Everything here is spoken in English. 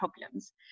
problems